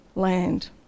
land